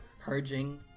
purging